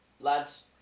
lads